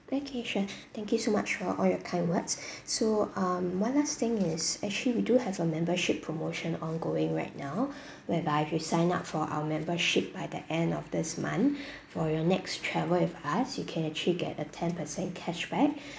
okay sure thank you so much for all your kind words so um one last thing is actually we do have a membership promotion ongoing right now whereby if you sign up for our membership by the end of this month for your next travel with us you can actually get a ten percent cash back